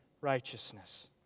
righteousness